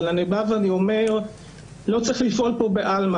אבל אני אומר שלא צריך לפעול פה בעלמא.